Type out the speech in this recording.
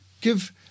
give